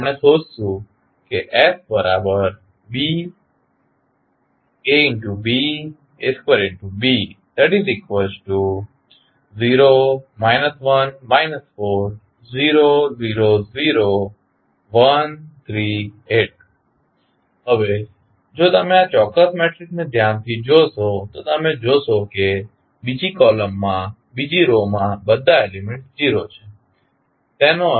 આપણે શોધીશું હવે જો તમે આ ચોક્ક્સ મેટ્રિક્સને ધ્યાનથી જોશો તો તમે જોશો કે બીજી કોલમ માં બીજી રો માં બધા એલીમેન્ટ્સ 0 છે